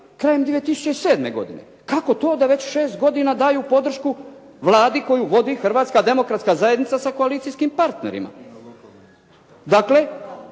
krajem 2007. godine? Kako to da već 6 godina daju podršku vladi koju vodi Hrvatska demokratska zajednica sa koalicijskim partnerima? Dakle,